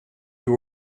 you